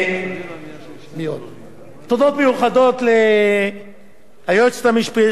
תודות מיוחדות ליועצת המשפטית של הוועדה נועה בן-שבת,